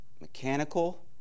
mechanical